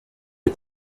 the